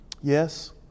Yes